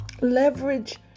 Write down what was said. leverage